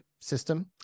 system